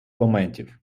моментів